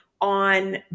on